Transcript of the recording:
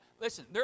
listen